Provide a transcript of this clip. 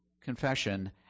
confession